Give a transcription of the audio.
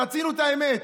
רצינו את האמת.